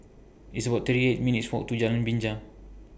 It's about thirty eight minutes' Walk to Jalan Binja